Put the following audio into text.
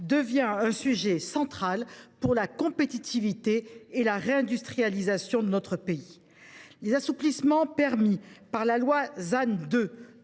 devenue un enjeu central pour la compétitivité et la réindustrialisation de notre pays. Les assouplissements permis par loi du 20